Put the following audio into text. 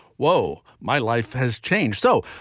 whoa, my life has changed. so.